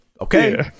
Okay